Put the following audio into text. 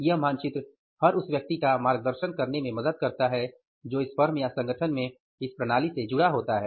यह मानचित्र हर उस व्यक्ति का मार्गदर्शन करने में मदद करता है जो इस फर्म या संगठन में इस प्रणाली से जुड़ा होता है